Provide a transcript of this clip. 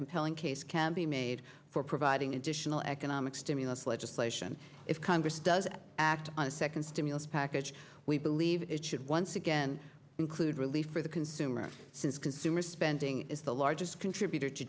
compelling case can be made for providing additional economic stimulus legislation if congress doesn't act on a second stimulus package we believe it should once again include relief for the consumer since consumer spending is the largest contributor to